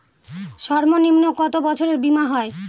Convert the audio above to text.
সর্বনিম্ন কত বছরের বীমার হয়?